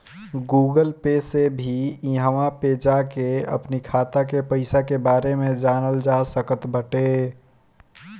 Google Pay से भी इहवा पे जाके अपनी खाता के पईसा के बारे में जानल जा सकट बाटे